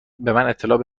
اطلاع